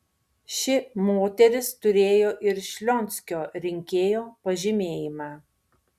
ši moteris turėjo ir šlionskio rinkėjo pažymėjimą